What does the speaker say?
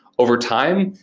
overtime,